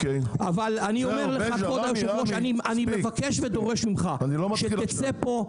אני מבקש ודורש ממך שתצא מפה המלצה.